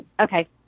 okay